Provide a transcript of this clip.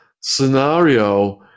scenario